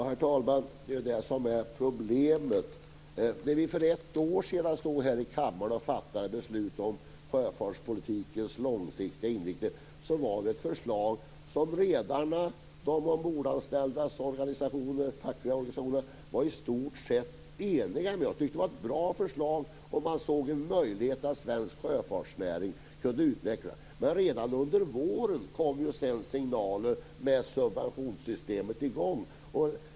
Herr talman! Det är detta som är problemet. För ett år sedan stod vi här i kammaren och fattade beslut om sjöfartspolitikens långsiktiga inriktning. Det var förslag som redarna och de ombordanställdas fackliga organisationer enigt tyckte var bra. De såg en möjlighet för svensk sjöfartsnäring att utvecklas. Redan under våren kom signaler om pensionssystemet.